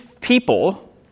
people